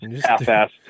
half-ass